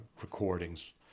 recordings